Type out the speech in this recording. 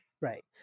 Right